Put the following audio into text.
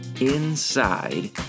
inside